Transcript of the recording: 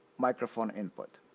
microphone input.